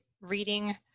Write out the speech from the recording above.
reading